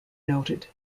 noted